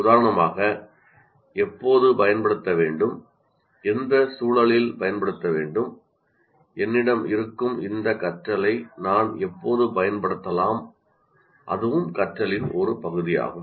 உதாரணமாக எப்போது பயன்படுத்த வேண்டும் எந்த சூழலில் பயன்படுத்த வேண்டும் என்னிடம் இருக்கும் இந்த கற்றலை நான் எப்போது பயன்படுத்தலாம் அதுவும் கற்றலின் ஒரு பகுதியாகும்